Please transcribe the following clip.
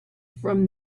from